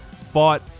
fought